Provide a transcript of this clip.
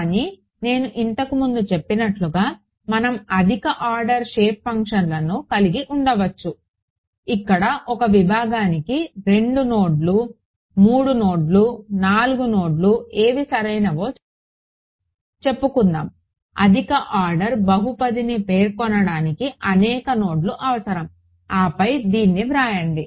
కానీ నేను ఇంతకు ముందు చెప్పినట్లుగా మనం అధిక ఆర్డర్ షేప్ ఫంక్షన్లను కలిగి ఉండవచ్చు ఇక్కడ ఒక విభాగానికి 2 నోడ్లు 3 నోడ్లు 4 నోడ్లు ఏవి సరైనవో చెప్పుకుందాం అధిక ఆర్డర్ బహుపదిని పేర్కొనడానికి అనేక నోడ్లు అవసరం ఆపై దీన్ని వ్రాయండి